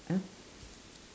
!huh!